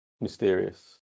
mysterious